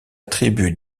attribuent